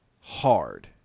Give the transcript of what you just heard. hard